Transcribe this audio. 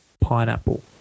pineapple